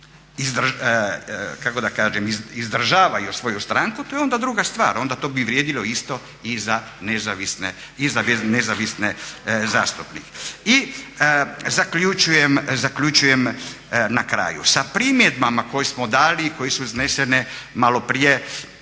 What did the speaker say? kako da kaže, izdržavaju svoju stranku to je onda druga stvar, onda to bi vrijedilo isto i za nezavisne zastupnike. I zaključujem na kraju sa primjedbama koje smo dali i koje su iznesene maloprije